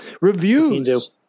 Reviews